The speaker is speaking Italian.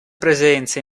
presenze